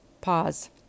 Pause